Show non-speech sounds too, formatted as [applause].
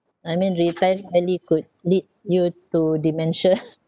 I mean retiring early could lead you to dementia [laughs]